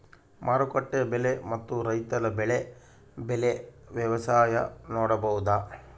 ಮಾರುಕಟ್ಟೆ ಬೆಲೆ ಮತ್ತು ರೈತರ ಬೆಳೆ ಬೆಲೆ ವ್ಯತ್ಯಾಸ ನೋಡಬಹುದಾ?